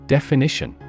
Definition